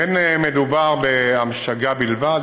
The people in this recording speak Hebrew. אין מדובר בהמשגה בלבד,